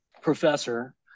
professor